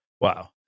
Wow